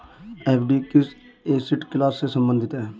FD किस asset class से संबंधित है?